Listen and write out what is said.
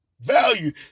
value